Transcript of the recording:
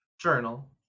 Journal